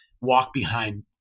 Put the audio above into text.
walk-behind